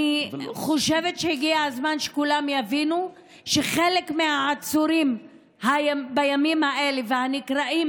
אני חושבת שהגיע הזמן שכולם יבינו שחלק מהעצורים בימים האלה והנקראים